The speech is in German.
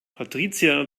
patricia